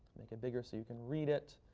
make it bigger so you can read it.